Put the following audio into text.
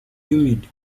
humid